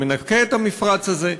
שמנקה את המפרץ הזה.